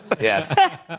Yes